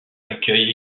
accueille